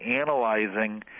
analyzing